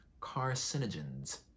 Carcinogens